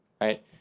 right